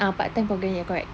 ah part time programmes ya correct